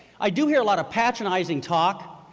i do hear a lot of patronizing talk,